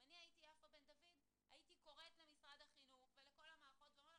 אם אני הייתי יפה בן דוד הייתי קוראת למשרד החינוך ולכל המערכות ואומרת,